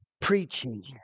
preaching